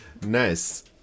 nice